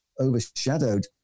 overshadowed